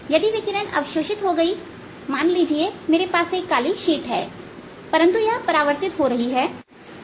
यदि विकिरण अवशोषित हो गया मान लीजिए मेरे पास एक काली शीट है परंतु यह परावर्तित हो रहा है